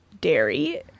dairy